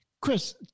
Chris